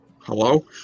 hello